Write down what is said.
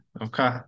Okay